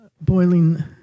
boiling